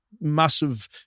massive